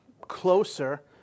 closer